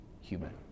human